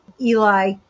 Eli